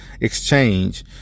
exchange